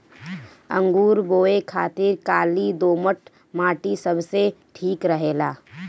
अंगूर बोए खातिर काली दोमट माटी सबसे ठीक रहेला